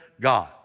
God